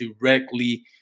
directly